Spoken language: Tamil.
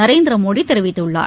நரேந்திரமோடி தெரிவித்துள்ளார்